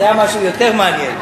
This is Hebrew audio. זה היה משהו יותר מעניין.